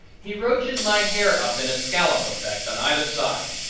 he roaches my hair up in a scallop effect on either side,